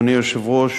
אדוני היושב-ראש,